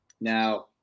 Now